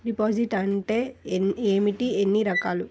Deposit అంటే ఏమిటీ ఎన్ని రకాలు?